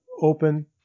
open